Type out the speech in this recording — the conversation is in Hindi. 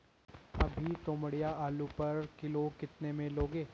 अभी तोमड़िया आलू पर किलो कितने में लोगे?